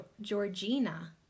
Georgina